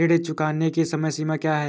ऋण चुकाने की समय सीमा क्या है?